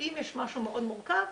אם יש משהו מאוד מורכב,